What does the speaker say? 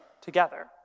together